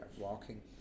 walking